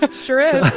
but sure is